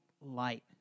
light